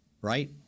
right